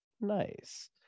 Nice